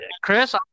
Chris